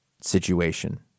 situation